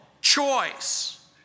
choice